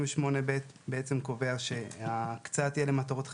בעצם קובע שההקצאה תהיה למטרות חברתיות,